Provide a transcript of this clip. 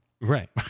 Right